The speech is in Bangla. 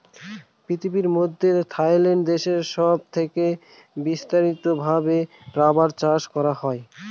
পৃথিবীর মধ্যে থাইল্যান্ড দেশে সব থেকে বিস্তারিত ভাবে রাবার চাষ করা হয়